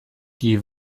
die